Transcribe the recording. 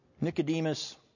Nicodemus